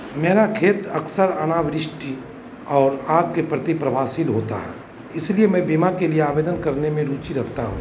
मेरा खेत अक्सर अनावृष्टि और आग के प्रति प्रभावशील होता है इसलिए मैं बीमा के लिए आवेदन करने में रुचि रखता हूँ